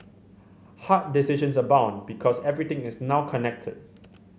hard decisions abound because everything is now connected